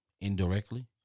indirectly